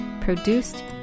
produced